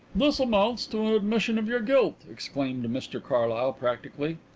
this amounts to an admission of your guilt, exclaimed mr carlyle practically.